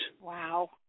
Wow